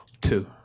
Two